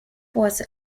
was